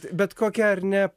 bet kokia ar ne